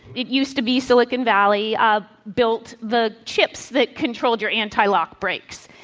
it used to be silicon valley ah built the chips that controlled your antilock brakes,